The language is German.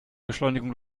beschleunigung